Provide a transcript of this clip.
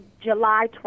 july